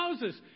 Moses